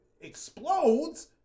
explodes